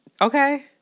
Okay